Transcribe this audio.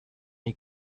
die